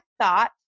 thought